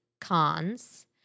cons